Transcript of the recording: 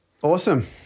Awesome